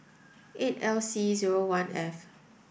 eight L C zero one F